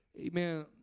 Amen